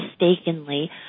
mistakenly